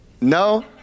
No